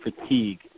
fatigue